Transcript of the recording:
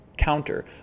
counter